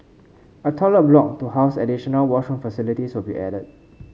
a toilet block to house additional washroom facilities will be added